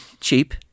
Cheap